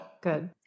good